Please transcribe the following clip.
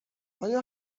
آیا